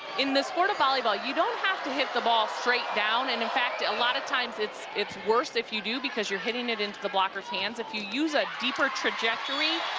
in the sport of volleyball you don't have to hit the ball straight down and in fact, a lot of times it's it's worse if you do because you're hitting it into the blockers hands if you use a deeper trajectory,